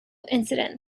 incidents